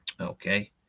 Okay